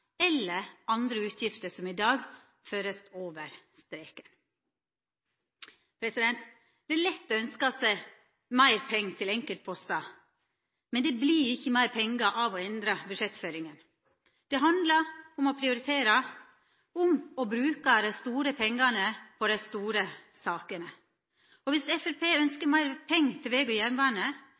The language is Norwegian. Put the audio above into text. eller andre utgifter som i dag vert førte over streken. Det er lett å ønska seg meir pengar til enkeltpostar, men det vert ikkje meir pengar av å endra budsjettføringa. Det handlar om å prioritera, om å bruka dei store pengane på dei store sakene. Dersom Framstegspartiet ønsker meir pengar til veg og jernbane,